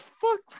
fuck